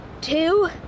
two